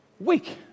weak